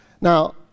Now